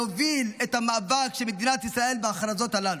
יוביל את המאבק של מדינת ישראל בהכרזות הללו,